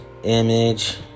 Image